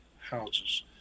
houses